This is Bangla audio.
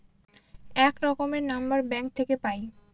এক রকমের নম্বর ব্যাঙ্ক থাকে পাই